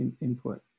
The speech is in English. input